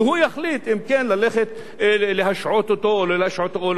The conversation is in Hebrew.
והוא יחליט אם כן להשעות אותו או לא להשעות אותו,